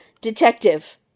Detective